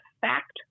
fact